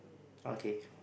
okay